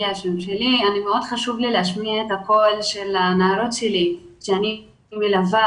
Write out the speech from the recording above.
מאוד חשוב לי להשמיע את הקול של הנערות שלי שאני מלווה